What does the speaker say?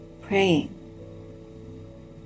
Praying